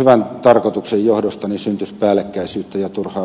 hyvän tarkoituksen johdosta syntyisi päällekkäisyyttä ja turhaa byrokratiaa